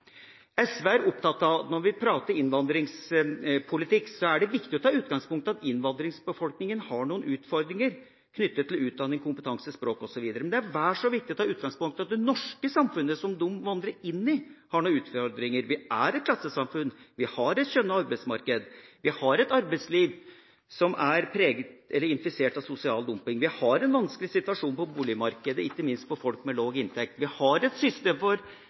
SV er opptatt av når vi prater om innvandringspolitikk, at det er viktig å ta utgangspunkt i at innvandringsbefolkninga har noen utfordringer knyttet til utdanning, kompetanse, språk osv. Men det er vel så viktig å ta utgangspunkt i at det norske samfunnet som de innvandrer til, har noen utfordringer. Vi er et klassesamfunn, vi har et kjønnet arbeidsmarked, vi har et arbeidsliv som er preget eller infisert av sosial dumping, og vi har en vanskelig situasjon på boligmarkedet – ikke minst for folk med lav inntekt. Vi har et system for